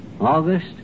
August